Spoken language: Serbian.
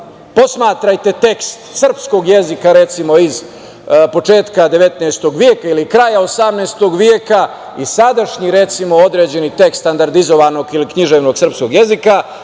posmatrajte tekst srpskog jezika recimo iz početka 19. veka ili kraja 18. veka i sadašnji određeni tekst standardizovanog ili književnog srpskog jezika,